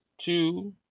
two